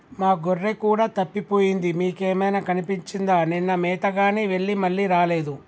మా గొర్రె కూడా తప్పిపోయింది మీకేమైనా కనిపించిందా నిన్న మేతగాని వెళ్లి మళ్లీ రాలేదు